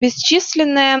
бесчисленное